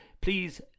please